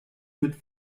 mit